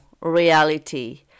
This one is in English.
reality